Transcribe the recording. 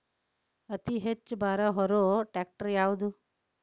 ಅತಿ ಹೆಚ್ಚ ಭಾರ ಹೊರು ಟ್ರ್ಯಾಕ್ಟರ್ ಯಾದು?